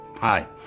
Hi